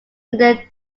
their